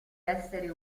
essere